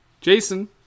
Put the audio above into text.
Jason